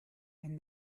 and